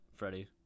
Freddie